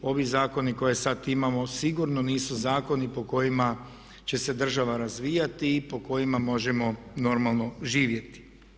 Ovi zakoni koje sad imamo sigurno nisu zakoni po kojima će se država razvijati i po kojima možemo normalno živjeti.